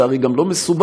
זה הרי גם לא מסובך.